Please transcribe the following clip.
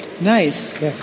Nice